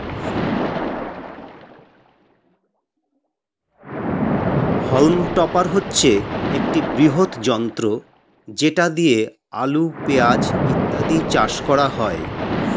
হল্ম topper হচ্ছে একটি বৃহৎ যন্ত্র যেটা দিয়ে আলু, পেঁয়াজ ইত্যাদি চাষ করা হয়